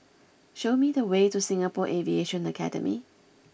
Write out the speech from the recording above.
show me the way to Singapore Aviation Academy